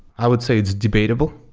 i would say it's debatable,